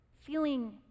feeling